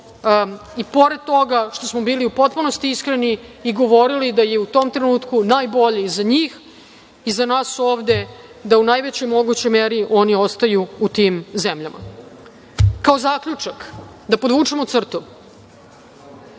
i pored toga što smo bili u potpunosti iskreni i govorili da je u tom trenutku najbolje za njih i za nas ovde da u najvećoj mogućoj meri oni ostaju u tim zemljama. Kao zaključak, da podvučemo crtu,